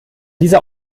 dieser